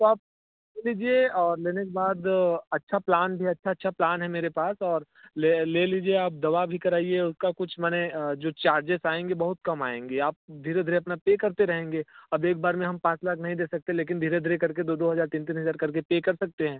तो आप ले लीजिए और लेने के बाद अच्छा प्लान भी है अच्छा अच्छा प्लान है मेरे पास और ले ले लीजिए आप दवा भी कराइए उसका कुछ माने जो चार्जेस आएंगे बहुत काम आएंगे आप धीरे धीरे अपना पे करते रहेंगे अब एक बार में हम पाँच लाख नहीं दे सकते लेकिन धीरे धीरे कर के दो दो हज़ार तीन तीन हज़ार कर के पे कर सकते हैं